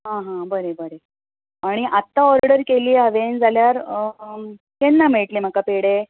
आं हां बरें बरें आनी आतां ओडर केली हांवें जाल्यार केन्ना मेळटलें म्हाका पेडे